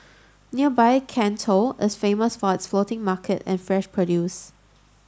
nearby Can Tho is famous for its floating market and fresh produce